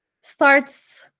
starts